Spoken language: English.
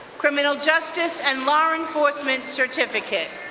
criminal justice and law enforcement certificate.